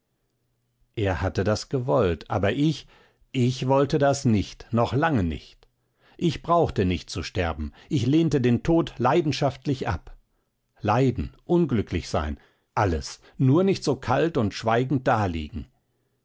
er hatte das gewollt aber ich ich wollte das nicht noch lange nicht ich brauchte nicht zu sterben ich lehnte den tod leidenschaftlich ab leiden unglücklich sein alles nur nicht so kalt und schweigend daliegen